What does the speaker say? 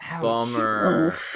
Bummer